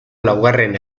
laugarren